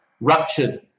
ruptured